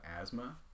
asthma